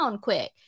quick